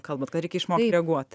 kalbat kad reikia išmokt reaguot